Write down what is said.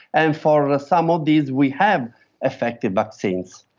and for and some of these we have effective vaccines.